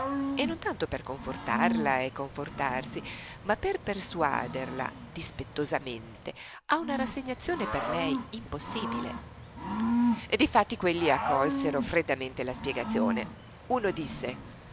e non tanto per confortarla e confortarsi quanto per persuaderla dispettosamente a una rassegnazione per lei impossibile difatti quelli accolsero freddamente la spiegazione uno disse